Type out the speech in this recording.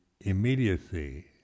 immediacy